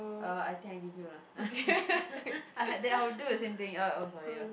uh I think I give you lah I had that I will do the same thing uh oh sorry your turn